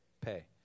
pay